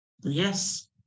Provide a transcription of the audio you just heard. Yes